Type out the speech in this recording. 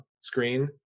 screen